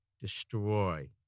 destroy